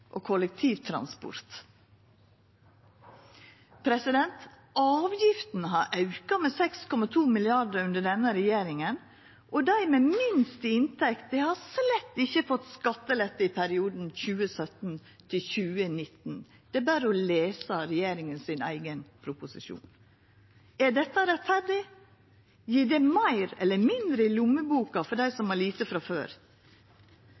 og kollektivtransport? Avgiftene har auka med 6,2 mrd. kr under denne regjeringa, og dei med minst i inntekt har slett ikkje fått skattelette i perioden 2017–2019. Det er berre å lesa regjeringa sin eigen proposisjon. Er dette rettferdig? Gjev det meir eller mindre i lommeboka til dei som har lite frå før?